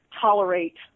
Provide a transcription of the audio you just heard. tolerate